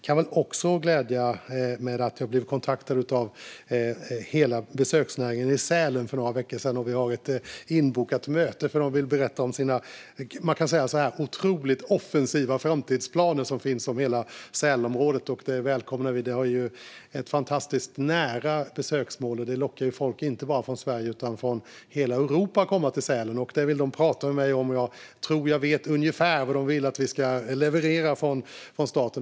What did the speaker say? Jag kan också glädja er med att säga att jag blev kontaktad av hela besöksnäringen i Sälen för några veckor sedan, och vi har ett inbokat möte där de vill berätta om sina otroligt offensiva framtidsplaner för hela Sälenområdet. Det välkomnar vi. Det är ett fantastiskt nära besöksmål. Sälen lockar folk inte bara från Sverige utan från hela Europa. Det vill de prata med mig om, och jag vet ungefär vad de vill att vi ska leverera från staten.